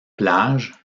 plages